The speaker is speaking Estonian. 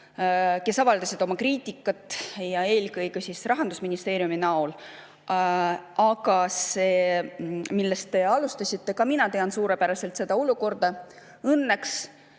kes avaldasid oma kriitikat, eelkõige Rahandusministeeriumi näol. Aga see, millest te alustasite – ka mina tean suurepäraselt seda olukorda. Õnneks